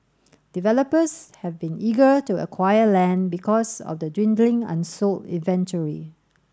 developers have been eager to acquire land because of the dwindling unsold inventory